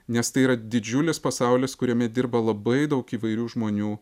nes tai yra didžiulis pasaulis kuriame dirba labai daug įvairių žmonių